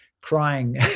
crying